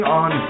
on